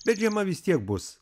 bet žiema vis tiek bus